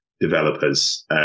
developers